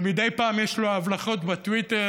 ומדי פעם יש לו הבלחות בטוויטר,